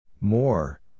More